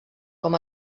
com